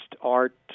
art